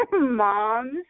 moms